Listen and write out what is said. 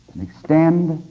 extend